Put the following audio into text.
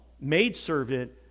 maidservant